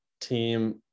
team